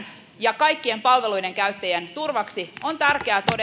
ja kaikkien palveluiden käyttäjien turvaksi on tärkeää todeta